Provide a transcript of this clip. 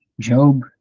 Job